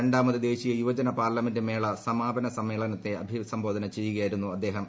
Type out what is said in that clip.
രണ്ടാമത് ദേശീയ യുവജന പാർലമെന്റ് മേള സമാപന സമ്മേളനത്തെ അഭിസംബോധന ചെയ്യുകയായിരുന്നു അദ്ദേഹം